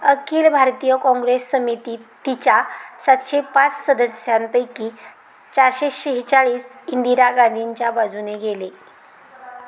अखिल भारतीय काँग्रेस समिती तिच्या सातशे पाच सदस्यांपैकी चारशे शेहेचाळीस इंदिरा गांधींच्या बाजूने गेले